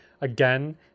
Again